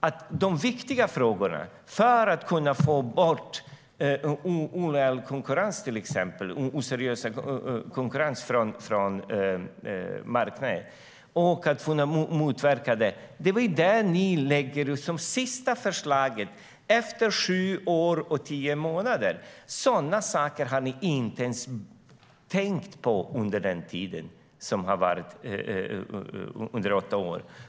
Det viktiga förslaget för att få bort oseriös konkurrens från marknaden lade ni som sista förslag efter sju år och tio månader. Den frågan hade ni inte ens tänkt på under åtta år.